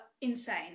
insane